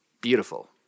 beautiful